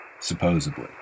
supposedly